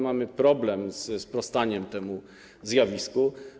Mamy problem ze sprostaniem temu zjawisku.